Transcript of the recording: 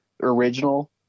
original